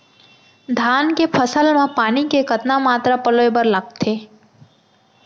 धान के फसल म पानी के कतना मात्रा पलोय बर लागथे?